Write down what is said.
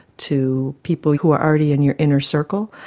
to people who are already in your inner circle.